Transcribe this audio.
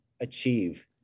achieve